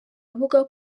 avuga